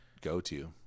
go-to